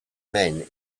men